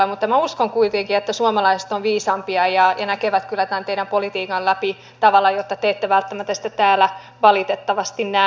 mutta minä uskon kuitenkin että suomalaiset ovat viisaampia ja näkevät kyllä tämän teidän politiikkanne läpi tavalla jota te ette välttämättä sitten täällä valitettavasti näe